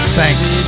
thanks